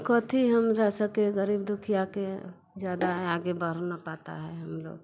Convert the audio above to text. कथी हमरा सके गरीब दुखिया के ज़्यादा है आगे बढ़ न पाता है हम लोग